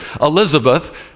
elizabeth